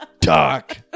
talk